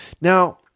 Now